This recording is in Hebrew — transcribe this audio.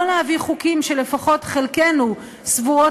לא להביא חוקים שלפחות חלקנו סבורות